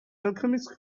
alchemist